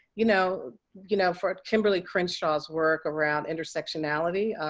you know you know, for kimberly crenshaw's work around intersectionality.